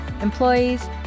employees